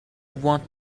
want